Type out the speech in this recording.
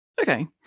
Okay